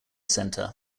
center